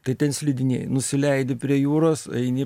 tai ten slidinėji nusileidi prie jūros eini